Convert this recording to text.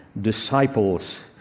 disciples